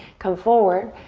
come forward.